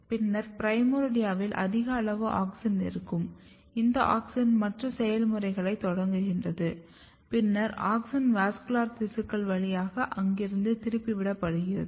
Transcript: பின்னர் பிரைமோர்டியாவில் அதிக அளவு ஆக்ஸின் இருக்கும் இந்த ஆக்ஸின் மற்ற செயல்முறைகளை தொடங்குகிறது பின்னர் ஆக்ஸின் வாஸ்குலர் திசுக்கள் வழியாக அங்கிருந்து திருப்பி விடப்படுகிறது